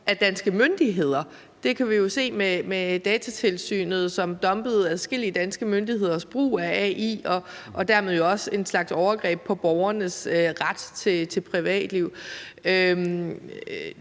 af danske myndigheder. Det kan vi se ved, at Datatilsynet dumpede adskillige danske myndigheders brug af AI, og det er jo dermed også en slags overgreb på borgernes ret til privatliv.